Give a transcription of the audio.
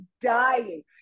dying